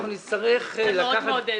מאוד מעודד.